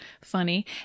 funny